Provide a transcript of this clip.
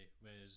whereas